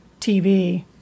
TV